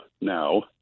now